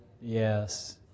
Yes